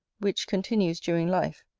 which continues during life,